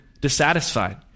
dissatisfied